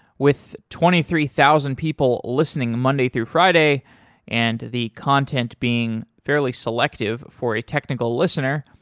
with twenty three thousand people listening monday through friday and the content being fairly selective for a technical listener,